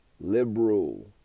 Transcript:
liberal